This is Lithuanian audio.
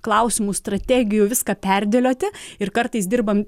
klausimų strategijų viską perdėlioti ir kartais dirbam